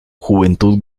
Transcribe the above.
juventud